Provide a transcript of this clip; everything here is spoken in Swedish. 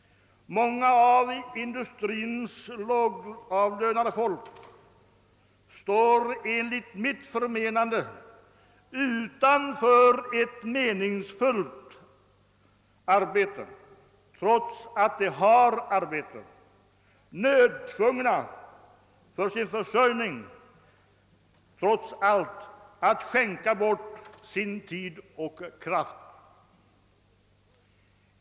Många av industrins lågavlönade har enligt mitt förmenande inte något meningsfullt arbete, trots att de arbetar. För att försörja sig är de tvungna att skänka bort sin tid och sina krafter.